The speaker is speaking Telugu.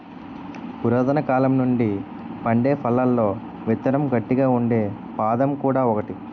పురాతనకాలం నుండి పండే పళ్లలో విత్తనం గట్టిగా ఉండే బాదం కూడా ఒకటి